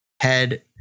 head